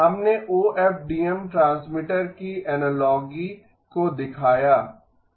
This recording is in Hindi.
हमने ओएफडीएम ट्रांसमीटर की एनालोजी को दिखाया